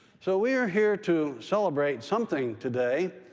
so we are here to celebrate something today,